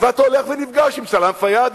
ואתה הולך ונפגש עם סלאם פיאד,